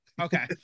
Okay